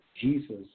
Jesus